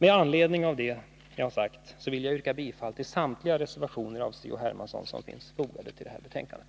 Med anledning av vad jag har sagt vill jag yrka bifall till samtliga reservationer av C.-H. Hermansson som är fogade till betänkandet.